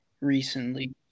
recently